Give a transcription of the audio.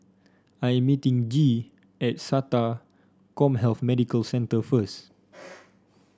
I'm meeting Gee at SATA CommHealth Medical Centre first